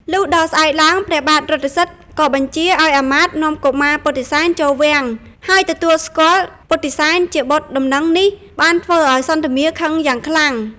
លុះដល់ស្អែកឡើង ព្រះបាទរថសិទ្ធិក៏បញ្ជាឲ្យអាមាត្យនាំកុមារពុទ្ធិសែនចូលវាំង ហើយទទួលស្គាល់ពុទ្ធិសែនជាបុត្រដំណឹងនេះបានធ្វើឲ្យសន្ធមារខឹងយ៉ាងខ្លាំង។